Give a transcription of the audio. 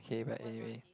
okay but anyway